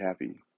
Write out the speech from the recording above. happy